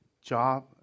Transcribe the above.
job